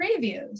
previews